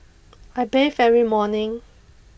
I bathe every morning